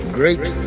great